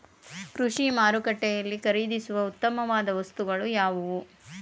ಕೃಷಿ ಮಾರುಕಟ್ಟೆಯಲ್ಲಿ ಖರೀದಿಸುವ ಉತ್ತಮವಾದ ವಸ್ತುಗಳು ಯಾವುವು?